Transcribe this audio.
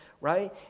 right